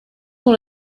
one